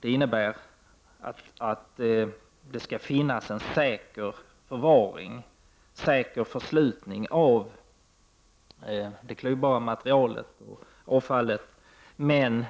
Det innebär att det skall finnas säker förvaring och förslutning av det klyvbara materielet och avfallet. Men